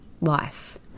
Life